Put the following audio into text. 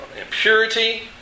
impurity